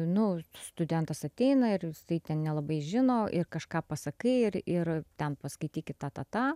nu studentas ateina ir jisai ten nelabai žino ir kažką pasakai ir ir ten paskaitykit tą tą tą